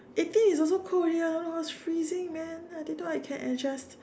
eighteen is also cold here I was freezing man I didn't know I can adjust